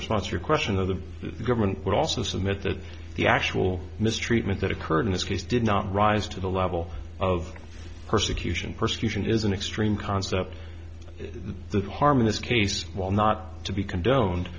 response to your question of the government would also submit that the actual mistreatment that occurred in this case did not rise to the level of persecution persecution is an extreme concept that harm in this case while not to be condoned